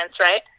right